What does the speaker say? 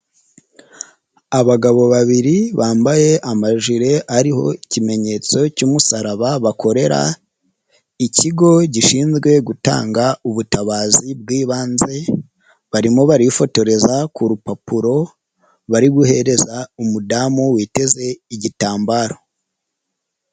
Abagabo babiri bambaye amajire ariho ikimenyetso cy'umusaraba, bakorera ikigo gishinzwe gutanga ubutabazi bw'ibanze, barimo barifotoreza ku rupapuro bari guhereza umudamu witeze igitambaro.